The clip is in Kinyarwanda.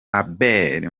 abel